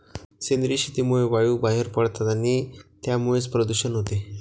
सेंद्रिय शेतीमुळे वायू बाहेर पडतात आणि त्यामुळेच प्रदूषण होते